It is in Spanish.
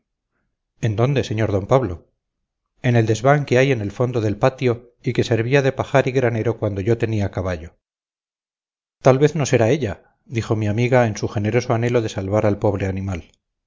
en dónde sr d pablo en el desván que hay en el fondo del patio y que servía de pajar y granero cuando yo tenía caballo tal vez no será ella dijo mi amiga en su generoso anhelo de salvar al pobre animal